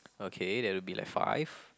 okay there will be like five